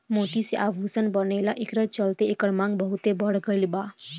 मोती से आभूषण बनेला एकरे चलते एकर मांग बहुत बढ़ गईल बा